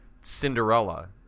Cinderella